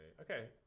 Okay